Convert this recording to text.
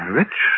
rich